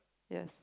yes